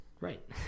Right